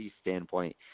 standpoint